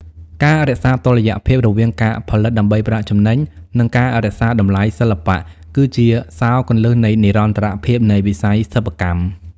ការរក្សាតុល្យភាពរវាងការផលិតដើម្បីប្រាក់ចំណេញ និងការរក្សាតម្លៃសិល្បៈ គឺជាសោរគន្លឹះនៃនិរន្តរភាពនៃវិស័យសិប្បកម្ម។